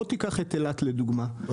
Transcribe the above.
קח את אילת לדוגמה,